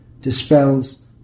dispels